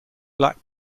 black